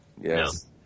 Yes